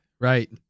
Right